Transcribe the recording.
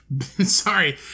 Sorry